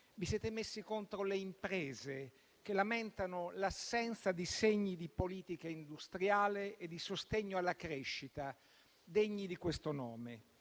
Vi siete messi contro le imprese, che lamentano l'assenza di segni di politica industriale e di sostegno alla crescita degni di questo nome.